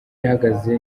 ihagaze